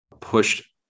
pushed